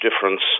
difference